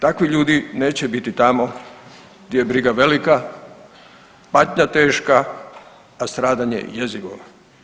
Takvi ljudi neće biti tamo gdje je briga velika, patnja teška, a stradanje jezivo.